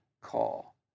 call